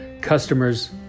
customers